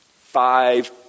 five